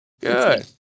good